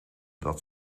dat